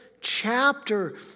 chapter